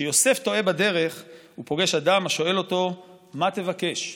כשיוסף טועה בדרך הוא פוגש אדם השואל אותו: מה תבקש?